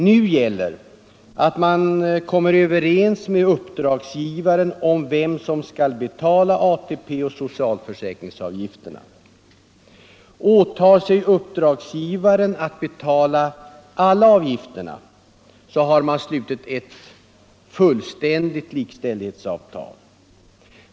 Nu gäller att man kommer överens med uppdragsgivaren om vem som skall betala ATP och socialförsäkringsavgifterna. Åtar sig uppdragsgivaren att betala alla avgifterna, har man slutit ett fullständigt likställighetsavtal.